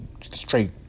straight